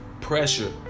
pressure